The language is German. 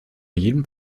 jedem